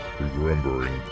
remembering